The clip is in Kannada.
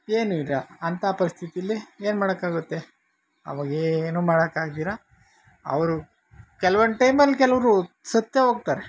ಏನು ಇಲ್ಲ ಅಂಥ ಪರಿಸ್ಥಿತಿಯಲ್ಲಿ ಏನು ಮಾಡೋಕ್ಕಾಗುತ್ತೆ ಅವಾಗೇನೂ ಮಾಡಕ್ಕಾಗ್ದಿರ ಅವರು ಕೆಲ್ವೊಂದು ಟೈಮಲ್ಲಿ ಕೆಲವ್ರು ಸತ್ತೇ ಹೋಗ್ತಾರೆ